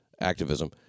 activism